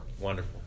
Wonderful